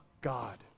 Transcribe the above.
God